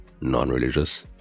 non-religious